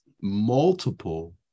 multiple